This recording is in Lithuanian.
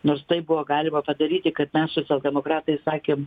nors tai buvo galima padaryti kaip mes socialdemokratai sakėm